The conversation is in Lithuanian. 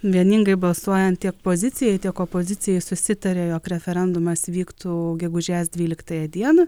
vieningai balsuojant tiek pozicijai tiek opozicijai susitarė jog referendumas vyktų gegužės dvyliktąją dieną